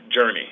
journey